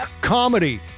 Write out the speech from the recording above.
Comedy